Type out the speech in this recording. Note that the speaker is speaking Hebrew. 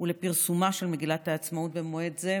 ולפרסומה של מגילת העצמאות במועד זה.